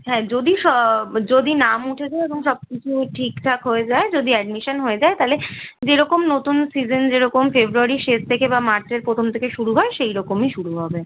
হ্যাঁ যদি স যদি নাম উঠে যায় এবং সব কিছু ঠিকঠাক হয়ে যায় যদি অ্যাডমিশান হয়ে যায় তাহলে যেরকম নতুন সিজেন যেরকম ফেব্রুয়ারির শেষ থেকে বা মার্চের প্রথম থেকে শুরু হয় সেই রকমই শুরু হবে